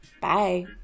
Bye